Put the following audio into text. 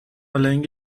لنگ